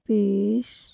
ਪੇਸ਼